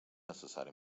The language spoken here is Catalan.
necessari